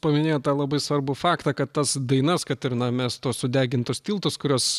paminėjot tą labai svarbų faktą kad tas dainas kad ir na mes tuos sudegintus tiltus kuriuos